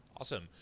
Awesome